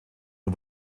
und